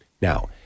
Now